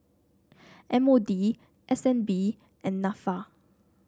M O D S N B and NAFA